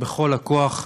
בכל הכוח,